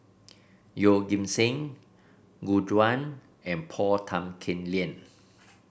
Yeoh Ghim Seng Gu Juan and Paul Tan Kim Liang